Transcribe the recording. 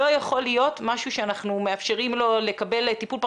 לא יכול להיות משהו שאנחנו מאפשרים לו לקבל טיפול פרטני.